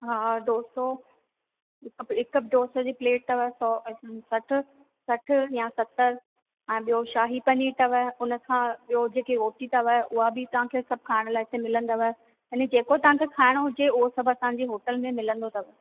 हा डोसो हिकु प डोसे जी प्लेट अथव सौ सठि सठि या सतरि ऐं ॿियो शाही पनीर अथव उन खां ॿियो जेके रोटी अथव हूअ बि तव्हांखे सभु खाइण लाइ हिते मिलंदव अने जेको तव्हांखे खाइणो हुजे उहो सभु असांजी होटल में मिलंदो अथव